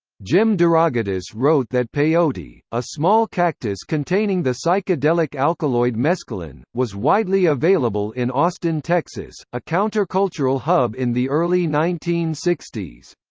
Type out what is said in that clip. jim derogatis wrote that peyote, a small cactus containing the psychedelic alkaloid mescaline, was widely available in austin, texas, a countercultural hub in the early nineteen sixty